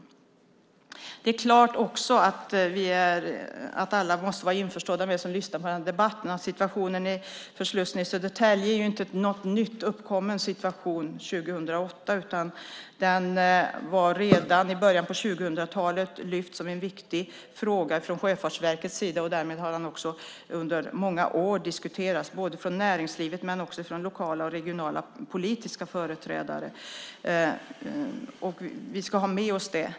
Självklart måste också alla som lyssnar på debatten vara införstådda med att situationen för slussen i Södertälje inte är någon nyuppkommen situation nu 2008. Redan i början av 2000-talet lyftes den fram som en viktig fråga från Sjöfartsverkets sida. Därmed har den diskuterats under många år både från näringslivet och från lokala och regionala politiska företrädare. Vi ska ha med oss det.